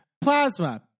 Plasma